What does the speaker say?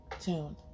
tuned